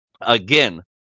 again